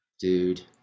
Dude